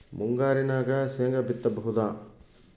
ಮುಂಗಾರಿನಾಗ ಶೇಂಗಾ ಬಿತ್ತಬಹುದಾ?